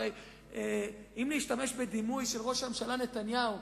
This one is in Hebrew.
הרי אם להשתמש בדימוי של ראש הממשלה נתניהו,